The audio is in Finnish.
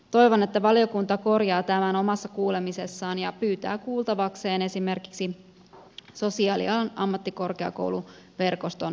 toivon että valiokunta korjaa tämän omassa kuulemisessaan ja pyytää kuultavakseen esimerkiksi sosiaalialan ammattikorkeakouluverkoston edustajaa